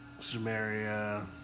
Sumeria